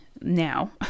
now